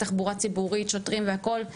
שוטרים והכל,